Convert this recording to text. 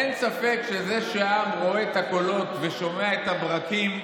אין ספק שזה שהעם רואה את הקולות ושומע את הברקים,